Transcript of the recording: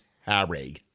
Harry